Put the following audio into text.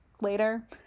later